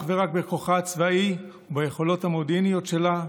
ורק בכוחה הצבאי וביכולות המודיעיניות שלה.